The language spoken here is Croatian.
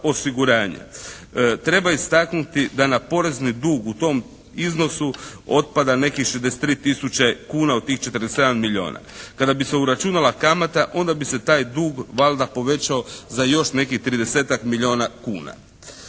Treba istaknuti da na porezni dug u tom iznosu otpada nekih 63 000 kuna od tih 47 milijuna. Kada bi se uračunala kamata onda bi se taj dug valjda povećao za još nekih tridesetak milijuna kuna.